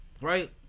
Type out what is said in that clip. right